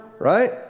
right